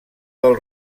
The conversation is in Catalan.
del